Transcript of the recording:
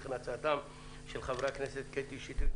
וכן הצעתם של חברי הכנסת קטי שטרית,